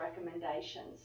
recommendations